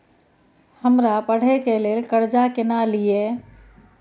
हमरा पढ़े के लेल कर्जा केना लिए?